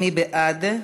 מי בעד?